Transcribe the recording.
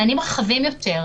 מענים רחבים יותר.